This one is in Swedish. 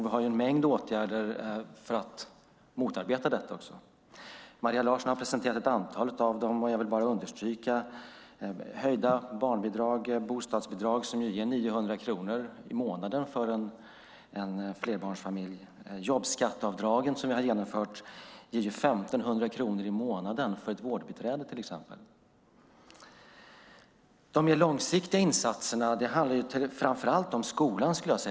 Vi har en mängd åtgärder för att motarbeta detta. Maria Larsson har presenterat ett antal av dem, och jag vill understryka höjda barnbidrag, höjda bostadsbidrag, som ger 900 kronor i månaden till en flerbarnsfamilj, och jobbskatteavdragen som ger 1 500 kronor i månaden till ett vårdbiträde. De mer långsiktiga insatserna handlar framför allt om skolan.